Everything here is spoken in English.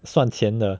算钱的